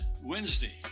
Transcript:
Wednesday